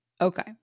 Okay